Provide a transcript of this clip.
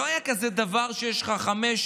לא היה כזה דבר שיש לך חמש,